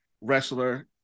wrestler